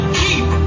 keep